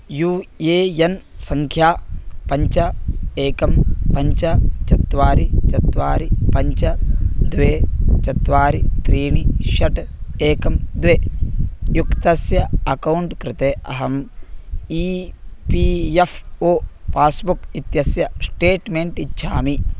you A N सङ्ख्या पञ्च एकं पञ्च चत्वारि चत्वारि पञ्च द्वे चत्वारि त्रीणि षट् एकं द्वे युक्तस्य अकौण्ट् कृते अहम् E P F O passbook इत्यस्य श्टेट्मेण्ट् इच्छामि